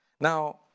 Now